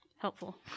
helpful